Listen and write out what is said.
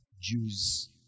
Jews